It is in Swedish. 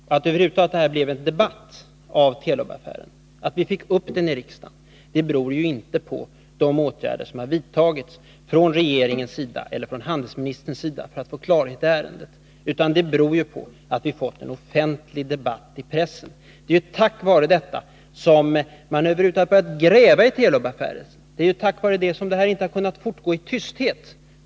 Och att det över huvud taget blev en debatt om Telubaffären, att vi fick upp den i riksdagen, beror inte på de åtgärder som har vidtagits från regeringens eller handelsministerns sida för att få klarhet i ärendet, utan det beror på att vi har fått en offentlig debatt i pressen. Det är ju tack vare detta som man över huvud taget börjat gräva i Telubaffären. Det är tack vare det som den här utbildningen inte kunnat fortgå i tysthet.